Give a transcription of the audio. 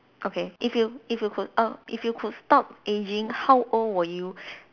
okay if you if you could err if you could stop ageing how old will you